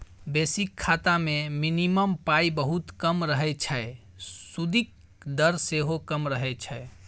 basic खाता मे minimum पाइ बहुत कम रहय छै सुदिक दर सेहो कम रहय छै